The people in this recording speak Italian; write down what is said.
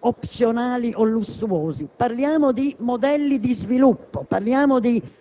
opzionali o lussuosi; parliamo di modelli di sviluppo, parliamo di